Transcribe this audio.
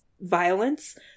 violence